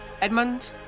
Edmund